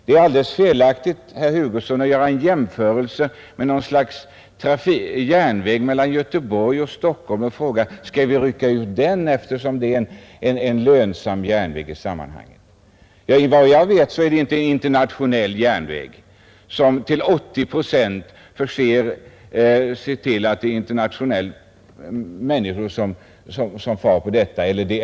Det är, herr Hugosson, alldeles felaktigt att göra en jämförelse med järnvägen mellan Göteborg och Stockholm och fråga om vi skall rycka ut även den, eftersom det är en lönsam järnväg. Vad jag vet är detta inte en internationell järnväg, en järnväg som till 80 procent har en internationell personoch frakttrafik.